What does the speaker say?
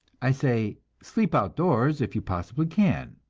i say, sleep outdoors if you possibly can.